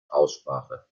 aussprache